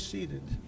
seated